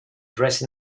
dressed